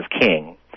king